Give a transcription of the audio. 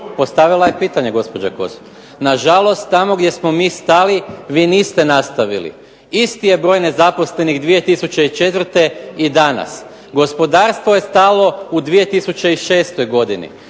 Postavila je pitanje gospođa Kosor. Na žalost tamo gdje smo mi stali vi niste nastavili. Isti je broj nezaposlenih 2004. i danas. Gospodarstvo je stalo u 2006. godini.